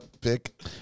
pick